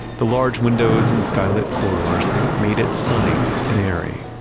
the large windows and sky-lit corridors made it sunny and airy.